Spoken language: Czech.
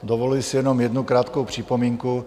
Dovoluji si jenom jednu krátkou připomínku.